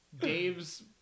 Dave's